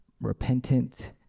repentant